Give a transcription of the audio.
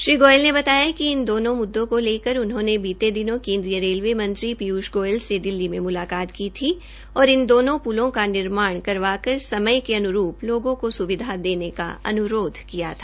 श्री गोयल ने बताया कि इन दोनो मुद्दों को लेकर उन्होंने बीते दिनों केन्द्रीय रेलवे मंत्री पीयूष गोयल से दिल्ली में मुलाकात की थी और इन दोनो पुलों का निर्माण करवा कर समय के अनुरूप लोगों को सुविधा देने का अनुरोध किया था